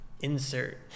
Insert